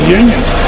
unions